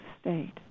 state